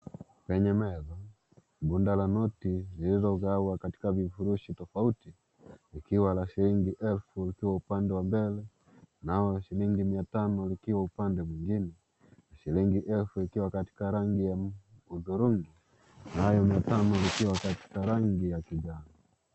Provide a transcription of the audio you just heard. Kwenye meza bunda la noti zilizogawa katika vifurushi tofauti likiwa la shilingi elfu likiwa upande wa mbele nalo la shilingoi mia tano likiwa upande mwingine , shilingi elfu likiwa katika rangi ya hudhurungi nayo mia tano likiwa katika rangi ya kijani.